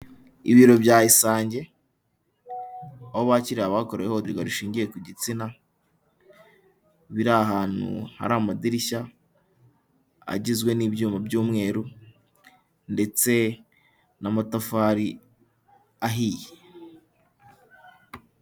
Ibiro bya isange aho bakiriye abakorewe ihoterwa rishingiye ku gitsina, biri ahantu hari amadirishya agizwe n'ibyuma by'umweru ndetse n'amatafari ahiye.